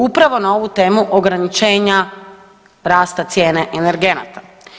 Upravo na ovu temu ograničenja rasta cijene energenata.